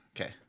Okay